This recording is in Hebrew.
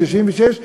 1996,